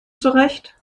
zurecht